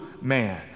man